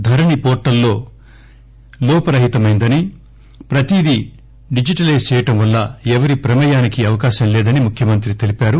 ధరణి portal లోపరహితమైందని ప్రతీది digitalise చేయడం వల్ల ఎవరి ప్రమేయానికీ అవకాశం లేదని ముఖ్యమంత్రి తెలిపారు